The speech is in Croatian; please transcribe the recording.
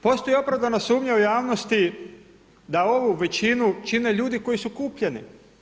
Postoji opravdana sumnja u javnosti da ovu većinu čine ljudi koji su kupljeni?